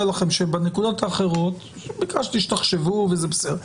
לכם שבנקודות האחרות ביקשתי שתחשבו וזה בסדר,